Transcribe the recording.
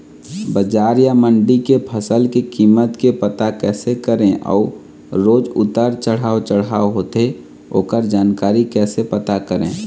बजार या मंडी के फसल के कीमत के पता कैसे करें अऊ रोज उतर चढ़व चढ़व होथे ओकर जानकारी कैसे पता करें?